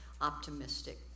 optimistic